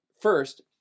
first